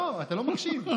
לא, אתה לא מקשיב.